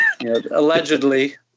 allegedly